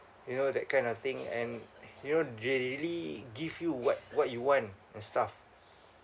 you know that kind of thing and you know they really give you what what you want and stuff